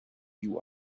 you